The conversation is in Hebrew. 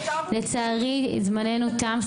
לצערי זמננו תם.